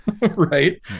right